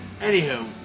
Anywho